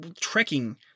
trekking